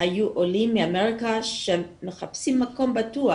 היו עולים מאמריקה שמחפשים מקום בטוח,